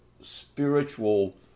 spiritual